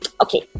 Okay